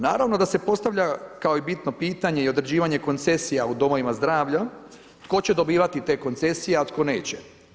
Naravno da se postavlja kao i bitno pitanje i određivanje koncesija u domovima zdravlja, tko će dobivati te koncesije a tko neće.